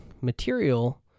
material